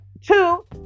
Two